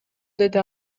деди